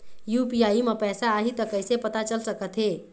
UPI म पैसा आही त कइसे पता चल सकत हे?